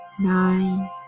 Nine